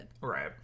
right